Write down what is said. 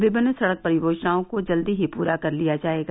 विभिन्न सड़क परियोजनाओं को जल्दी पूरा कर लिया जाएगा